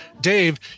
Dave